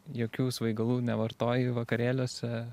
jokių svaigalų nevartoji vakarėliuose